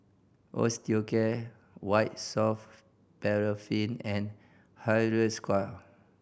Osteocare White Soft Paraffin and Hiruscar